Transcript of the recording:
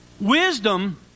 Wisdom